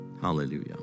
Hallelujah